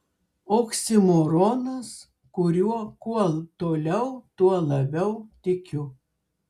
oksimoronas kuriuo kuo toliau tuo labiau tikiu